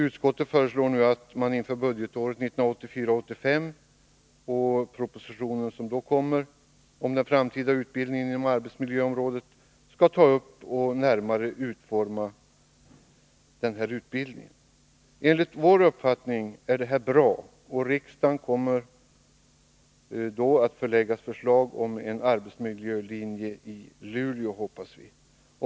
Utskottet föreslår nu att inför budgetarbetet till 1984/85 års proposition den framtida utbildningen inom arbetsmiljöområdet skall tas upp och närmare utformas. Enligt vår uppfattning är det bra att riksdagen kommer att föreläggas förslag om en arbetsmiljölinje i Luleå.